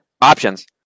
options